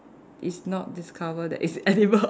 it's not discover that it's edible